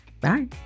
Bye